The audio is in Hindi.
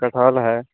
कटहल है